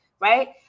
right